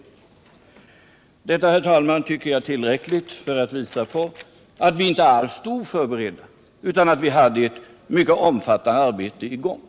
Jag tycker att detta kan vara tillräckligt för att visa att vi inte alls stod oförberedda, utan att vi hade ett mycket omfattande arbete i gång.